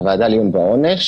לעיון בעונש